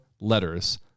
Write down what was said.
letters